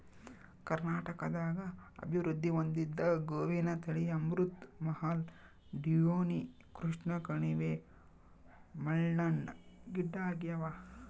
ಕರ್ನಾಟಕದಾಗ ಅಭಿವೃದ್ಧಿ ಹೊಂದಿದ ಗೋವಿನ ತಳಿ ಅಮೃತ್ ಮಹಲ್ ಡಿಯೋನಿ ಕೃಷ್ಣಕಣಿವೆ ಮಲ್ನಾಡ್ ಗಿಡ್ಡಆಗ್ಯಾವ